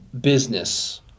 business